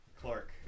Clark